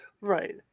right